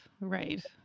Right